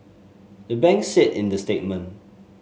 the banks said in the statement